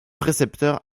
précepteur